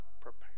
prepare